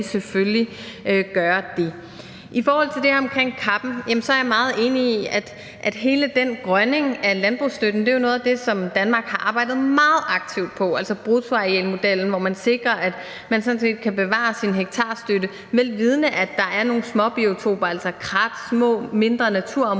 I forhold til det omkring CAP'en er jeg meget enig i, at hele den grønning af landbrugsstøtten er noget af det, som Danmark har arbejdet meget aktivt på, altså bruttoarealmodellen, hvor man sikrer, at man sådan set kan bevare sin hektarstøtte, vel vidende at der er nogle småbiotoper, altså krat, små, mindre naturområder,